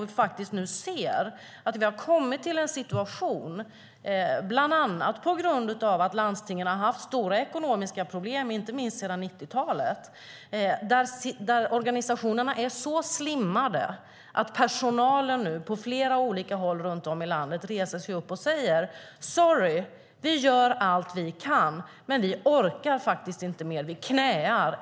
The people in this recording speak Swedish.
Vi har kommit till en situation, bland annat på grund av att landstingen haft stora ekonomiska problem sedan 90-talet, där organisationerna är så slimmade att personalen på flera håll i landet reser sig upp och säger: Sorry, vi gör allt vi kan, men vi orkar inte mer, vi knäar.